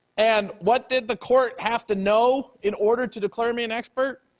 and what did the court have to know in order to declare me an expert?